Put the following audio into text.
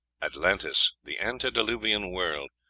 atlantis the antediluvian world.